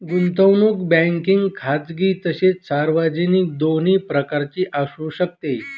गुंतवणूक बँकिंग खाजगी तसेच सार्वजनिक दोन्ही प्रकारची असू शकते